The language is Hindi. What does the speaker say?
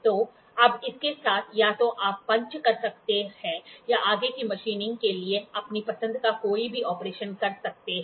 तो अब इसके साथ या तो आप पंच कर सकते हैं या आगे की मशीनिंग के लिए अपनी पसंद का कोई भी ऑपरेशन कर सकते हैं